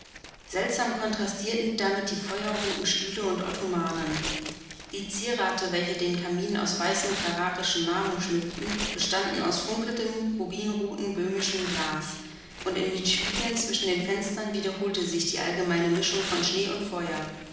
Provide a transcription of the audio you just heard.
seltsam kontrastierten damit die feuerroten stühle und ottomanen die zierrate welche den kaminsims aus weißem carrarischem marmor schmückten bestanden aus funkelndem rubinrotem böhmischem glas und in den spiegeln zwischen den fenstern wiederholte sich die allgemeine mischung von schnee und feuer